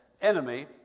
enemy